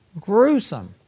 Gruesome